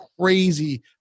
crazy